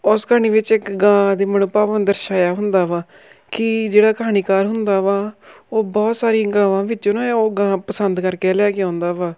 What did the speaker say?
ਉਸ ਕਹਾਣੀ ਵਿੱਚ ਇੱਕ ਗਾਂ ਦੇ ਮਨੋਭਾਵਾਂ ਨੂੰ ਦਰਸਾਇਆ ਹੁੰਦਾ ਵਾ ਕਿ ਜਿਹੜਾ ਕਹਾਣੀਕਾਰ ਹੁੰਦਾ ਵਾ ਉਹ ਬਹੁਤ ਸਾਰੀ ਗਾਵਾਂ ਵਿੱਚੋਂ ਨਾ ਉਹ ਗਾਂ ਪਸੰਦ ਕਰਕੇ ਲੈ ਕੇ ਆਉਂਦਾ ਵਾ